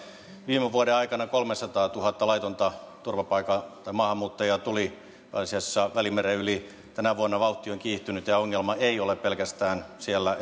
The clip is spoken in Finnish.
viime vuoden aikana kolmesataatuhatta laitonta maahanmuuttajaa tuli pääasiassa välimeren yli tänä vuonna vauhti on kiihtynyt ja ongelma ei ole pelkästään siellä